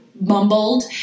mumbled